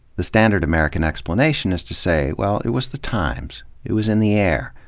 the standard american explanation is to say, well, it was the times. it was in the air.